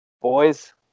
Boys